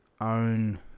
own